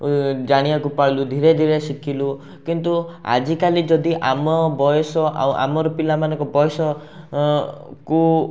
ଜାଣିବାକୁ ପାଇଲୁ ଧୀରେ ଧୀରେ ଶିଖିଲୁ କିନ୍ତୁ ଆଜିକାଲି ଯଦି ଆମ ବୟସ ଆଉ ଆମର ପିଲାମାନଙ୍କ ବୟସ କୁ